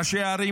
ראשי הערים,